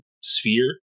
sphere